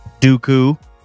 Dooku